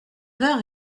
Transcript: heures